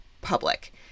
public